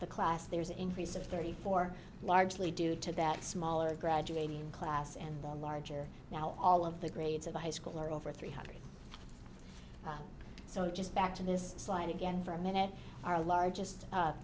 the class there's an increase of thirty four largely due to that smaller graduating class and the larger now all of the grades of a high school are over three hundred so just back to this slide again for a minute our largest